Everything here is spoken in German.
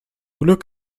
glück